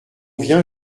vient